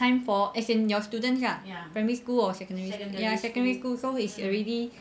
time for as in your students lah primary school or secondary school ya secondary school so it's already